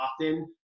often